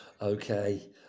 okay